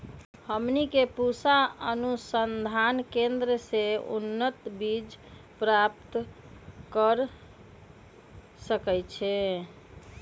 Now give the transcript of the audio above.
हमनी के पूसा अनुसंधान केंद्र से उन्नत बीज प्राप्त कर सकैछे?